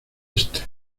este